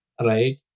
right